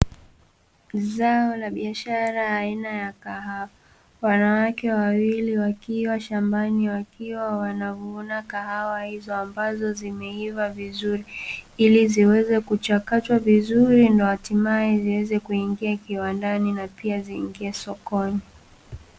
Zao la biashara aina ya kahawa, wanawake wawili wakiwa shambani wakiwa wanavuna kahawa hizo ambazo zimeiva vizuri, ili ziweze kuchakatwa vizuri na hatimaye ziweze kuingia kiwandani na pia ziingie sokoni.